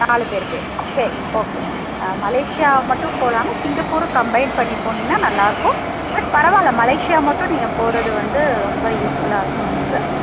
நாலு பேர் பேரும் சரி ஓகே மலேஷியா மட்டும் போகலாமா சிங்கப்பூரும் கம்பைன் பண்ணி போனீங்கன்னா நல்லாருக்கும் பட் பரவால்ல மலேஷியா மட்டும் நீங்கள் போகறது வந்து ரொம்ப யூஸ் ஃபுல்லாக இருக்கும் உங்களுக்கு